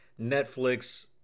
Netflix